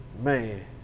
Man